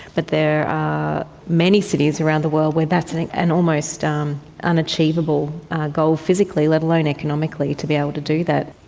but there are many cities around the world where that's an an almost um unachievable goal physically, let alone economically, to be able to do that.